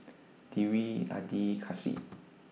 Dewi Adi Kasih